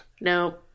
No